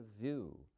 view